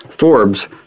Forbes